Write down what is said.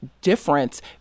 difference